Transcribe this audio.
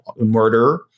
murder